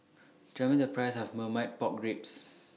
Tell Me The Price of Marmite Pork Ribs